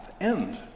end